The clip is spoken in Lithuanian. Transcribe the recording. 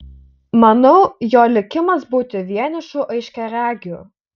manau jo likimas būti vienišu aiškiaregiu